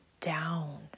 down